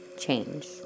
change